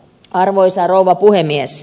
arvoisa rouva puhemies